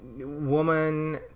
woman